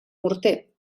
morter